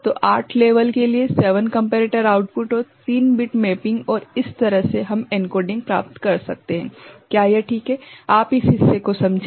तो 8 स्तर 7 comparator output और 3 बिट मैपिंग और इस तरह से हम एन्कोडिंग प्राप्त कर सकते हैं क्या यह ठीक है आप इस हिस्से को समझे